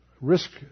risk